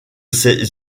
ces